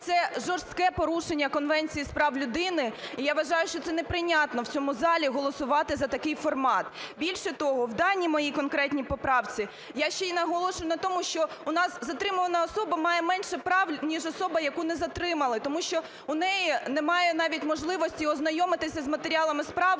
Це жорстке порушення Конвенції з прав людини. І я вважаю, що це неприйнятно в цьому залі - голосувати за такий формат. Більше того, в даній моїй конкретній поправці я ще й наголошую на тому, що у нас затримувана особа має менше прав, ніж особа, яку не затримали. Тому що у неї немає навіть можливості ознайомитися з матеріалами справи,